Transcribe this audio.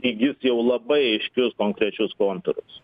įgis jau labai aiškius konkrečius kontūrus